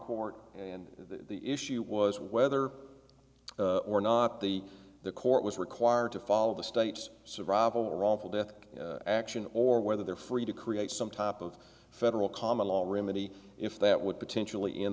court and the issue was whether or not the the court was required to follow the state's survival wrongful death action or whether they're free to create some top of federal common law remedy if that would potentially in